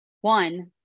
one